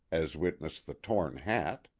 as witness the torn hat!